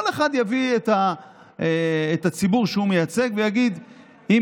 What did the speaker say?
כל אחד יביא את הציבור שהוא מייצג ויגיד: אם